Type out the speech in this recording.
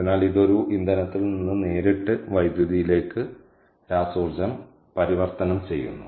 അതിനാൽ ഇത് ഒരു ഇന്ധനത്തിൽ നിന്ന് നേരിട്ട് വൈദ്യുതിയിലേക്ക് രാസ ഊർജ്ജം പരിവർത്തനം ചെയ്യുന്നു